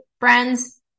friends